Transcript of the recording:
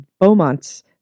Beaumont's